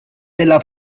della